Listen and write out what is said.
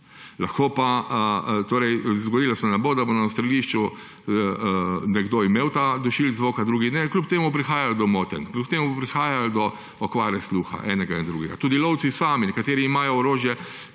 Lahko pa se nam bo zgodilo, da bo na strelišču nekdo imel ta dušilec zvoka, drugi ne, pa bo kljub temu prihajalo do motenj, kljub temu bo prihajalo do okvare sluha enega in drugega. Tudi lovci sami, nekateri imajo orožje,